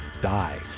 die